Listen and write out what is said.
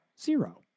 Zero